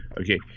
okay